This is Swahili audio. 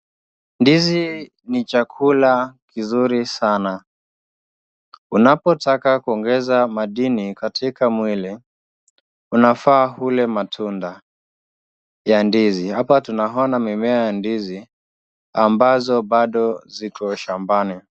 Ndizi ni chakula kizuri sana. Unapotaka kuongeza madini katika mwili, unafaa ule matunda ya ndizi. Hapa tunaona mimea ya ndizi ambazo bado ziko shambani.